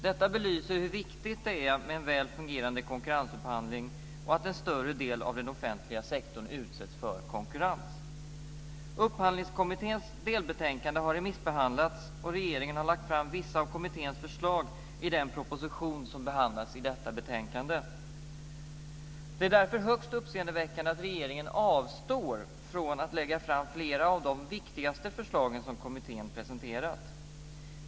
Detta belyser hur viktigt det är med en väl fungerande konkurrensupphandling och att en större del av den offentliga sektorn utsätts för konkurrens. Upphandlingskommitténs delbetänkande har remissbehandlats och regeringen har lagt fram vissa av kommitténs förslag i den proposition som behandlas i betänkandet. Det är därför högst uppseendeväckande att regeringen avstår från att lägga fram flera av de viktigaste förslagen som kommittén presenterat.